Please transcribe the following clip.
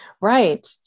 right